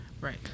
Right